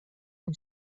اون